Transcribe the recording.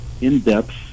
in-depth